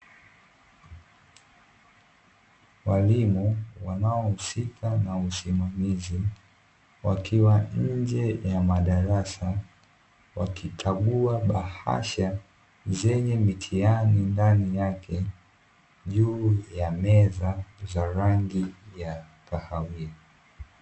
Walimu wanaohusika na usimamizi wakiwa nje ya madarasa, wakikagua bahasha zenye mitihani ndani yake juu ya meza za rangi ya kahawia.